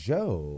Joe